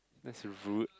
that's rude